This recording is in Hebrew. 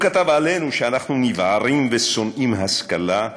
הוא כתב עלינו שאנחנו נבערים ושונאים השכלה,